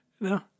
No